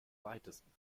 weitesten